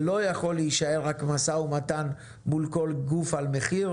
זה לא יכול להישאר רק משא ומתן מול כל גוף על מחיר,